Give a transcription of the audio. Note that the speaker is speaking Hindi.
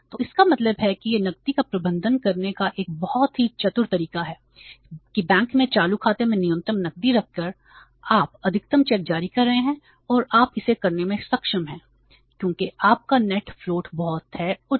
तो इसका मतलब है कि यह नकदी का प्रबंधन करने का एक बहुत ही चतुर तरीका है कि बैंक में चालू खाते में न्यूनतम नकदी रखकर आप अधिकतम चेक जारी कर रहे हैं और आप इसे करने में सक्षम हैं क्योंकि आपका नेट फ्लोट बहुत है उच्च